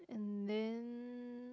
and then